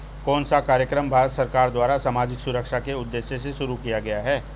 कौन सा कार्यक्रम भारत सरकार द्वारा सामाजिक सुरक्षा के उद्देश्य से शुरू किया गया है?